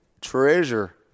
treasure